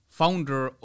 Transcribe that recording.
founder